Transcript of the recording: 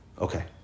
Okay